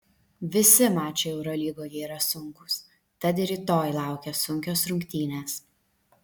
visi mačai eurolygoje yra sunkūs tad ir rytoj laukia sunkios rungtynės